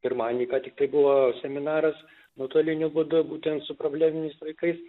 pirmadienį ką tiktai buvo seminaras nuotoliniu būdu būtent su probleminiais vaikais